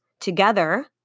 together